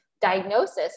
diagnosis